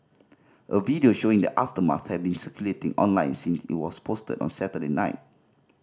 a video showing the aftermath has been circulating online since it was posted on Saturday night